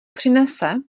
přinese